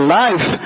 life